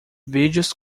vídeos